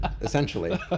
essentially